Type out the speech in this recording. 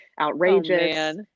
outrageous